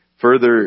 Further